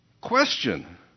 Question